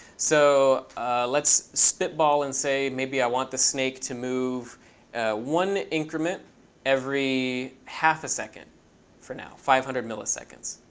so let's spitball and say, maybe i want the snake to move one increment every half a second for now, five hundred milliseconds.